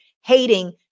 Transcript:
hating